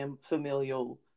familial